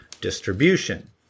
distribution